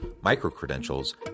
micro-credentials